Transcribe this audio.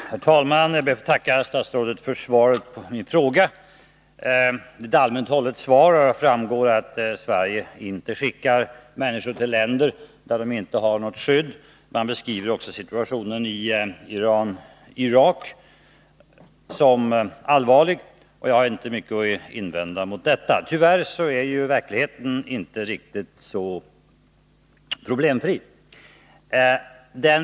Herr talman! Jag ber att få tacka statsrådet för svaret på min fråga. Svaret är litet allmänt hållet. Det framgår att Sverige inte skickar människor till länder där de inte har något skydd. Situationen i Iran och Irak beskrivs som allvarlig. Jag har inte mycket att invända emot detta. Tyvärr är verkligheten inte riktigt lika problemfri.